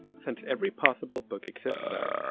since every possible books exists there.